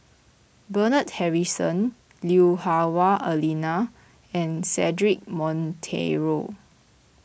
Bernard Harrison Lui Hah Wah Elena and Cedric Monteiro